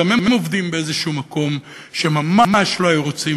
גם הם עובדים במקום כלשהו וממש לא היו רוצים